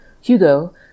Hugo